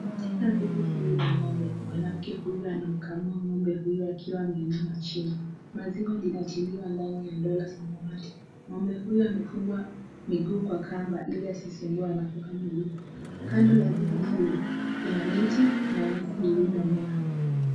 Katika zizi hili la ng'ombe, mwanamke huyu anamkamua ng'ombe huyu akiwa ameinama chini. Maziwa linatiliwa ndani ya ndoo ya samwati. Ng'ombe huyu amefungwa miguu kwa kamba ili asisumbue anapo kamuliwa. Kando na zizi hili kuna miti na nyasi zilizomea.